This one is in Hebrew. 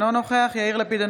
אינו נוכח יאיר לפיד,